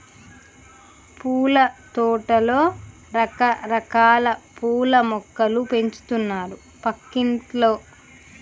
పూలతోటలో రకరకాల పూల మొక్కలు పెంచుతున్నారు పక్కింటోల్లు